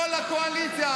היה בקו חלוקה של הפיתות.